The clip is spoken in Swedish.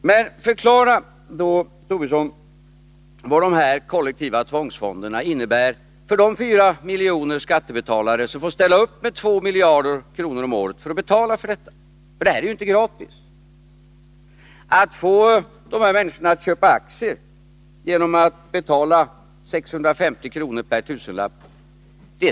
Men förklara då, Lars Tobisson, vad de här kollektiva tvångsfonderna innebär för de 4 miljoner skattebetalare som får ställa upp med 2 miljarder kronor om året för att betala detta! Detta är nämligen inte gratis. Staten skall betala 650 kr. per tusenlapp.